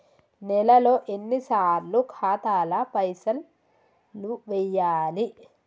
నెలలో ఎన్నిసార్లు ఖాతాల పైసలు వెయ్యాలి?